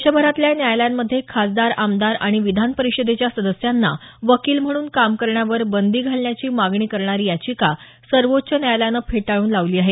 देशभरातल्या न्यायालयांमध्ये खासदार आमदार आणि विधानपरिषदेच्या सदस्यांना वकील म्हणून काम करण्यावर बंदी घालण्याची मागणी करणारी याचिका सर्वोच्च न्यायालयानं फेटाळून लावली आहे